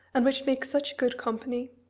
and which make such good company.